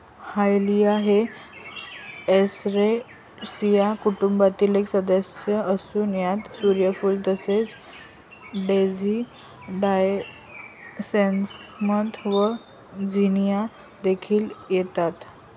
dahlia हे Asteraceae कुटुंबातील एक सदस्य असून यात सूर्यफूल तसेच डेझी क्रायसॅन्थेमम्स व झिनिया देखील येतात